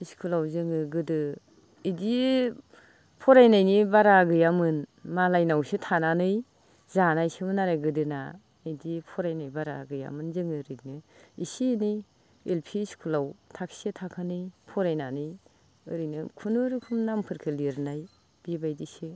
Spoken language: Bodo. स्कुलाव जोङो गोदो इदि फरायनायनि बारा गैयामोन मालायनावसो थानानै जानायसोमोन आरो गोदोना इदि फरायनाय बारा गैयामोन जोङो ओरैनो इसे एनै एलपि स्कुलाव थाखो से थाखो नै फरायनानै ओरैनो खुनुरखम नामफोरखो लिरनाय बिबायदिसोमोन